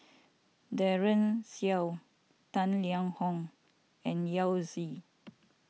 Daren Shiau Tang Liang Hong and Yao Zi